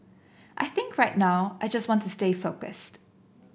I think right now I just want to stay focused